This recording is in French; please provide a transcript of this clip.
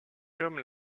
comme